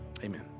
Amen